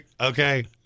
okay